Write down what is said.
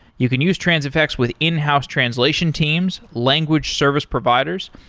you can use transifex with in-house translation teams, language service providers.